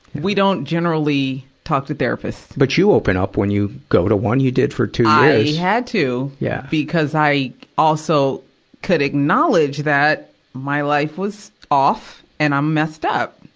we don't generally talk to therapists. but you open up when you go to one. you did for two years. i had to. yeah because i also could acknowledge that my life was off, and i'm messed up.